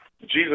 Jesus